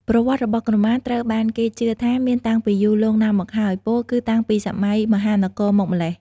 ប្រវត្តិរបស់ក្រមាត្រូវបានគេជឿថាមានតាំងពីយូរលង់ណាស់មកហើយ ពោលគឺតាំងពីសម័យមហានគរមកម្ល៉េះ។